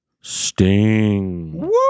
Sting